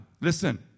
listen